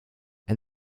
and